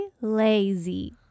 lazy